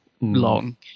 long